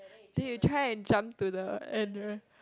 then you try and jump to the address